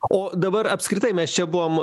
o dabar apskritai mes čia buvom